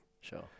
Sure